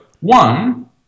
One